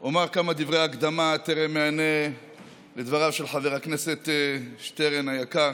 אומר כמה דברי הקדמה טרם אענה לדבריו של חבר הכנסת שטרן היקר.